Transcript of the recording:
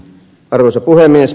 arvoisa puhemies